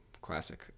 Classic